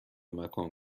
مکان